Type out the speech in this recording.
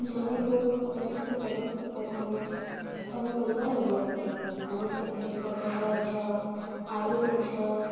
ଜମିକୁ ପ୍ରସ୍ତୁତ କଲୁ ପ୍ରଥମେ ପନିପରିବା ଲଗେଇବା ପାଇଁ ଆମେ ସେଥିରେ ପୋଟଳ ଗଛ ଆଳୁ ଗଛ